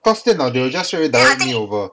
cause 电脑 they will just straight away direct you over